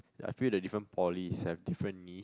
I feel the different polys have different need